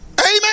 Amen